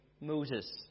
Moses